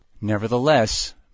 Nevertheless